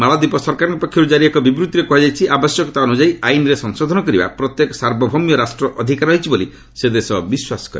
ମାଳଦ୍ୱୀପ ସରକାରଙ୍କ ପକ୍ଷରୁ ଜାରି ଏକ ବିବୃଭିରେ କୁହାଯାଇଛି ଆବଶ୍ୟକତା ଅନୁଯାୟୀ ଆଇନ୍ରେ ସଂଶୋଧନ କରିବା ପ୍ରତ୍ୟେକ ସାର୍ବଭୌମ୍ୟ ରାଷ୍ଟ୍ରର ଅଧିକାର ରହିଛି ବୋଲି ସେ ଦେଶ ବିଶ୍ୱାସ କରେ